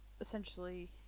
essentially